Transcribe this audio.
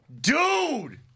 Dude